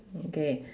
okay